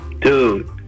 Dude